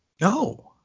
No